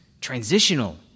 transitional